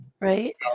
right